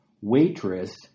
Waitress